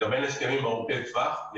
גם אין הסכמים ארוכי טווח.